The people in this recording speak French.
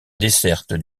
desserte